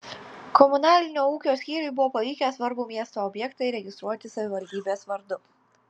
komunalinio ūkio skyriui buvo pavykę svarbų miestui objektą įregistruoti savivaldybės vardu